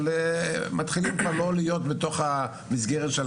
אבל מתחילים כבר לא להיות בתוך המסגרת של